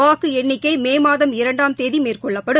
வாக்கு எண்ணிக்கை மே மாதம் இரண்டாம் தேதி மேற்கொள்ளப்படும்